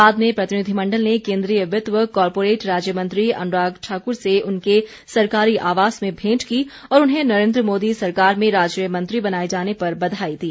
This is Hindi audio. बाद में प्रतिनिधि मण्डल ने केन्द्रीय वित्त व कॉरपोरेट राज्य मंत्री अनुराग ठाकुर से उनके सरकारी आवास में भेंट की और उन्हें नरेन्द्र मोदी सरकार में राज्य मंत्री बनाए जाने पर बधाई दी